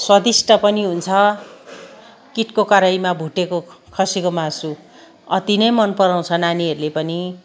स्वादिष्ट पनि हुन्छ किटको कराहीमा भुटेको खसीको मासु अति नै मन पराउँछ नानीहरूले पनि